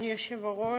אדוני היושב בראש,